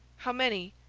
how many?